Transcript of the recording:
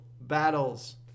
battles